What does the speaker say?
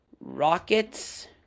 Rockets